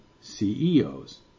CEOs